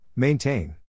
Maintain